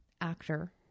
actor